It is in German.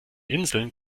inseln